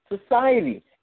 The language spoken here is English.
society